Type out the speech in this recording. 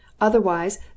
otherwise